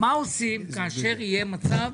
מה עושים עם המצב